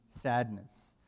sadness